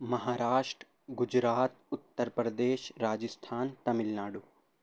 Maharashtra Gujarat Uttar Pradesh Rajasthan Tamil Nadu